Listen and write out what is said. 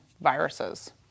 viruses